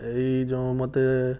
ଏଇ ଯେଉଁ ମୋତେ